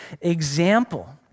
example